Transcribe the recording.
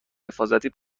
حفاظتی